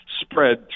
spread